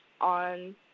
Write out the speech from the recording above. on